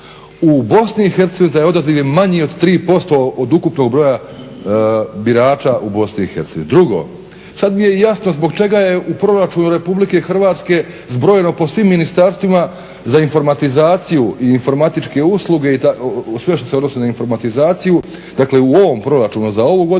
U BiH taj odaziv je manji od 3% od ukupnog broja birača u BiH. Drugo, sad mi je jasno zbog čega je u proračunu RH zbrojeno po svim ministarstvima za informatizaciju i informatičke usluge, sve što se odnosi na informatizaciju, dakle u ovom proračunu za ovu godinu